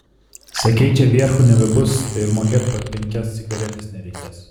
sakei čia vierchų nebebus tai ir mokėt po penkias cigaretes nereikės